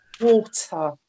Water